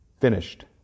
finished